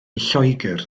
lloegr